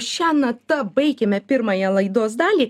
šia nata baigiame pirmąją laidos dalį